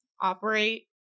operate